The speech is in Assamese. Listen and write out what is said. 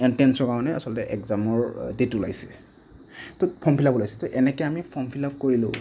এণ্ট্ৰেঞ্চৰ কাৰণে আচলতে একজামৰ ডেট ওলাইছে তো ফৰ্ম ফিলাপ ওলাইছে তো এনেকৈ আমি ফৰ্ম ফিলাপ কৰিলোঁ